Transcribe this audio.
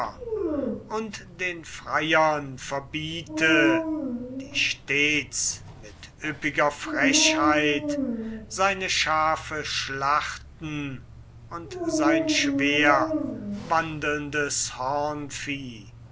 und den freiern verbiete die stets mit üppiger frechheit seine schafe schlachten und sein schwerwandelndes